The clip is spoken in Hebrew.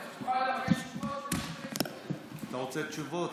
אתה רוצה תשובות?